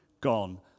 gone